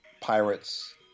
Pirates